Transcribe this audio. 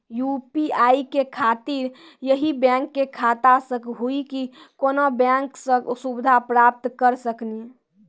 UPI के खातिर यही बैंक के खाता से हुई की कोनो बैंक से सुविधा प्राप्त करऽ सकनी?